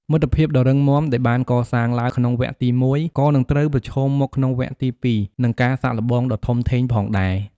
មិត្តភាពដ៏រឹងមាំដែលបានកសាងឡើងក្នុងវគ្គទី១ ក៏នឹងត្រូវប្រឈមមុខក្នុងវគ្គទី២នឹង ការសាកល្បងដ៏ធំធេងផងដែរ។